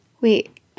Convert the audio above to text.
wait